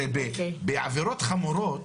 הרי בעבירות חמורות,